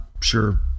sure